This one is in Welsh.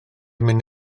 mynd